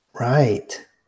Right